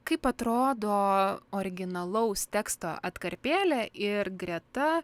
kaip atrodo originalaus teksto atkarpėlė ir greta